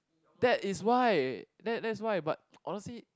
that is why that that's why but honestly